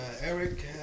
Eric